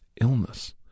illness